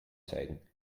zeigen